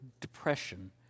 Depression